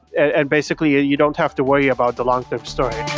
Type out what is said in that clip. and basically, you don't have to worry about the long-term storage